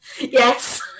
yes